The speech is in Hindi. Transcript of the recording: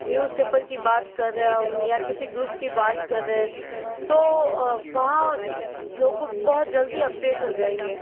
न्यूज़पेपर की बात कर रहे है हम या किसी ग्रुप की बात कर रहे हैं तो वहाँ लोगों बहुत जल्दी अपडेट हो जाएंगे